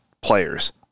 players